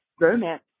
romance